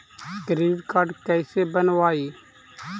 Credit card कैसे बनवाई?